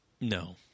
No